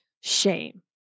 shame